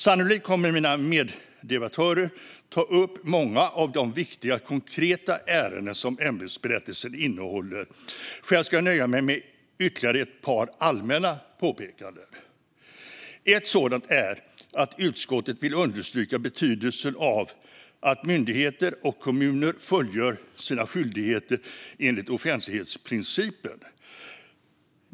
Sannolikt kommer mina meddebattörer att ta upp många av de viktiga konkreta ärenden som ämbetsberättelsen innehåller. Själv ska jag nöja mig med ytterligare ett par allmänna påpekanden. Ett sådant är att utskottet vill understryka betydelsen av att myndigheter och kommuner fullgör sina skyldigheter enligt offentlighetsprincipen.